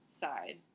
side